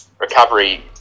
recovery